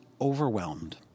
overwhelmed